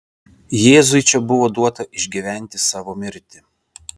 jėzui čia buvo duota išgyventi savo mirtį